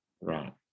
Right